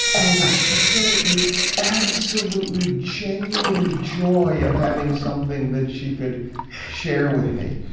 and she said it with absolutely, genuine joy of having something that she could share with me.